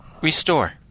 Restore